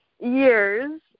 years